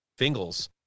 Fingles